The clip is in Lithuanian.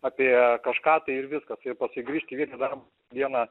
apie kažką tai ir viskas ir paskui grįžt į vilnių į darbo dieną